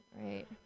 right